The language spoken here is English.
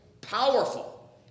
powerful